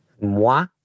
Moi